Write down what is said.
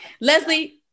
Leslie